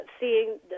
seeing